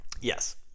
Yes